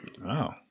wow